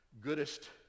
goodest